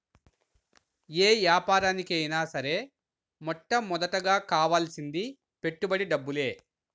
యే యాపారానికైనా సరే మొట్టమొదటగా కావాల్సింది పెట్టుబడి డబ్బులే